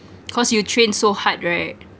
cause you trained so hard right